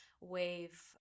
wave